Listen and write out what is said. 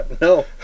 No